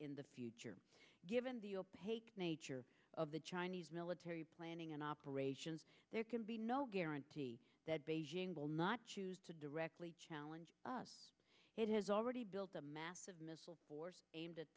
in the future given the nature of the chinese military planning and operations there can be no guarantee that beijing will not choose to directly challenge us it has already built a mass of missiles aimed at